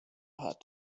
hat